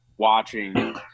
watching